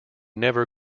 never